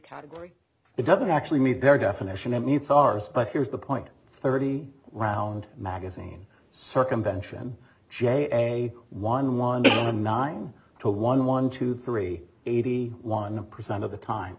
category it doesn't actually meet their definition it meets ours but here's the point thirty round magazine circumvention j one hundred nine two one one two three eighty one percent of the time